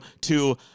to-